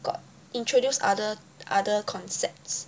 got introduce other other concepts